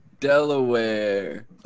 Delaware